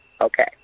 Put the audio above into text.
okay